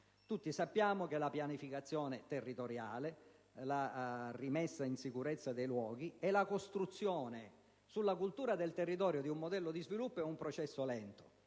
e che la pianificazione territoriale e la rimessa in sicurezza dei luoghi e la costruzione della cultura del territorio, di un modello di sviluppo, è un processo lento.